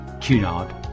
Cunard